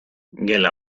gela